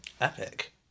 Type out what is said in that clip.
Epic